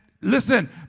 listen